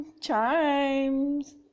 Chimes